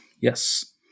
Yes